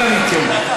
אנא מכם,